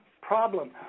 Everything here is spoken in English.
problem